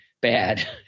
bad